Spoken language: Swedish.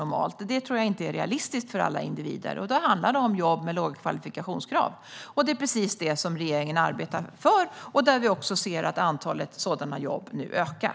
Detta tror jag inte är realistiskt för alla individer. Då handlar det i stället om jobb med låga kvalifikationskrav, och det är precis detta som regeringen arbetar för. Vi ser också att antalet sådana jobb nu ökar.